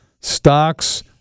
Stocks